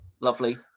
lovely